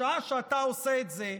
בשעה שאתה עושה את זה,